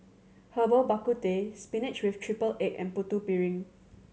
Herbal Bak Ku Teh spinach with triple egg and Putu Piring